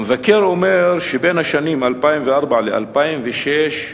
המבקר אומר שבשנים 2004 2006,